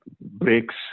breaks